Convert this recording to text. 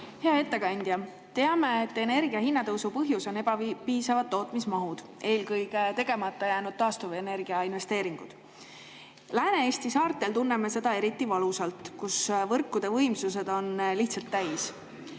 Hea ettekandja! Teame, et energia hinna tõusu põhjus on ebapiisavad tootmismahud, eelkõige tegemata jäänud taastuvenergia investeeringud. Lääne-Eesti saartel tunneme seda eriti valusalt, seal on võrkude võimsused lihtsalt täis.